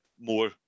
more